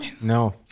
No